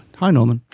hi norman.